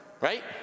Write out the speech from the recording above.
right